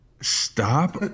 Stop